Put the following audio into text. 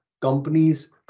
companies